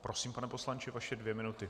Prosím, pane poslanče, vaše dvě minuty.